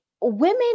women